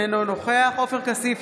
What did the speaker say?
אינו נוכח עופר כסיף,